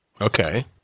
Okay